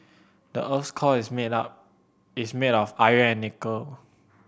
the earth's core is made up is made of iron and nickel